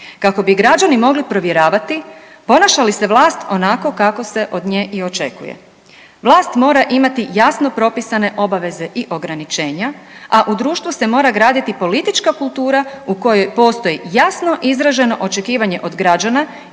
kako bi građani mogli provjeravati ponaša li se vlast onako kako se od nje i očekuje. Vlast mora imati jasno propisane obaveze i ograničenja, a u društvu se mora graditi politička kultura u kojoj postoji jasno izraženo očekivanje od građana